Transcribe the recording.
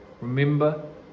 Remember